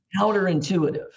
counterintuitive